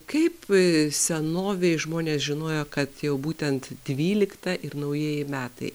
kaip senovėj žmonės žinojo kad jau būtent dvylikta ir naujieji metai